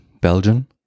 Belgian